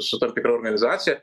su tam tikra organizacija